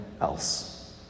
else